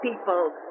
people